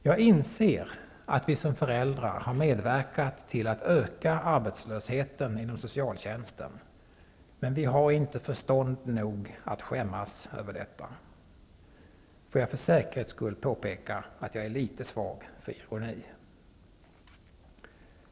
Jag inser att vi som föräldrar medverkat till att öka arbetslösheten inom socialtjänsten, men vi har inte förstånd nog att skämmas över detta. Får jag för säkerhets skull påpeka att jag är litet svag för ironi?